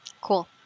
Cool